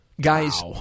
Guys